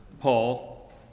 Paul